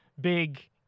big